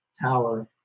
Tower